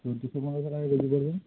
চোদ্দোশো পনেরোশো টাকা কেজি ধরুন